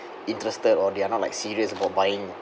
interested or they are not like serious about buying